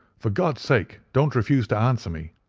for god's sake, don't refuse to answer me.